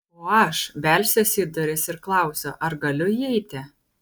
o aš belsiuosi į duris ir klausiu ar galiu įeiti